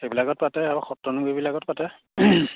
সেইবিলাকত পাতে আৰু সত্ৰনগৰীবিলাকত পাতে